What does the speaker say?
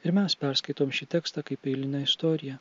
ir mes perskaitom šį tekstą kaip eilinę istoriją